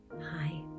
Hi